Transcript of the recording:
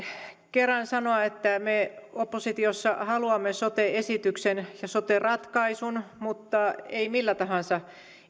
kerran sanoa että me oppositiossa haluamme sote esityksen ja sote ratkaisun mutta emme millä tahansa